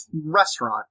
restaurant